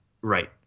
right